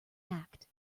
act